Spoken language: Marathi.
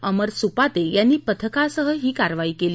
अमर सुपाते यांनी पथकासह ही कारवाई केली